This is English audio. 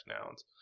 nouns